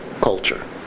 culture